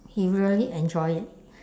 he really enjoy it